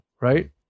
right